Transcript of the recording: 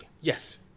Yes